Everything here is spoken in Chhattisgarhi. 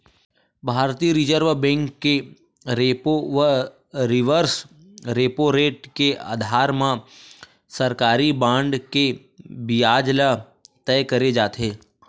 भारतीय रिर्जव बेंक के रेपो व रिवर्स रेपो रेट के अधार म सरकारी बांड के बियाज ल तय करे जाथे